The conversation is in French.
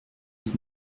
dix